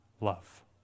love